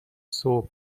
صبح